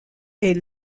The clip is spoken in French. est